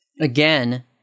again